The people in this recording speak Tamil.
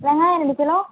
வெங்காயம் ரெண்டு கிலோ